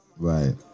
Right